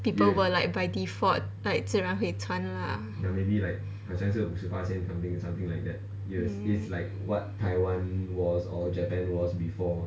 people will be like by default like 自然会穿 lah